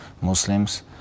Muslims